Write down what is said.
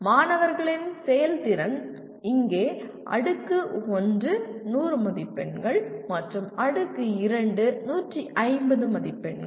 மாணவர்களின் செயல்திறன் இங்கே அடுக்கு 1 100 மதிப்பெண்கள் மற்றும் அடுக்கு 2 150 மதிப்பெண்கள்